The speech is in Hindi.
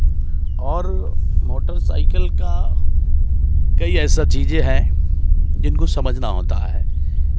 और मोटर साइकिल काकई ऐसा चीज़ें हैं जिनको समझना होता है